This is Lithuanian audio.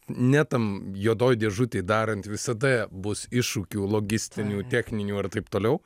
ne tam juodoj dėžutėj darant visada bus iššūkių logistinių techninių ar taip toliau